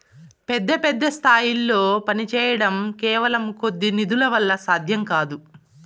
పెద్ద పెద్ద స్థాయిల్లో పనిచేయడం కేవలం కొద్ది నిధుల వల్ల సాధ్యం కాదు